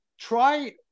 try